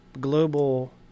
global